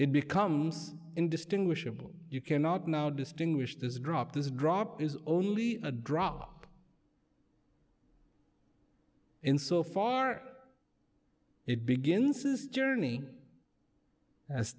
it becomes indistinguishable you cannot now distinguish this drop this drop is only a drop in so far it begins his journey as